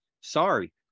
Sorry